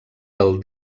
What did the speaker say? del